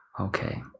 Okay